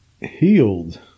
healed